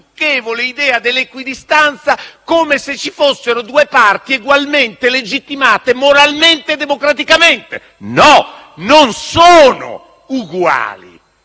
idea dell'equidistanza come se ci fossero due parti egualmente legittimate moralmente e democraticamente. No! Non sono uguali.